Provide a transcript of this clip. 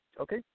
okay